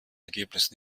ergebnis